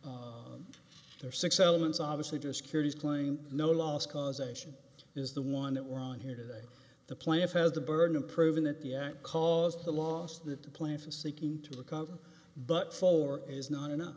their six elements obviously just curious claim no loss causation is the one that we're on here today the plaintiff has the burden of proving that the act caused the loss the plan for seeking to recover but for is not enough